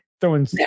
throwing